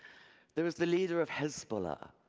there is the leader of hezbollah,